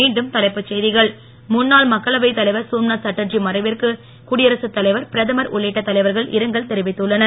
மீண்டும் தலைப்புச் செய்திகள் முன்னாள் மக்களவைத் தலைவர் சோம்நாத் சாட்டர்ஜி மறைவிற்கு குடியரசுத் தலைவர் பிரதமர் உள்ளிட்ட தலைவர்கள் இரங்கல் தெரிவித்துள்ளனர்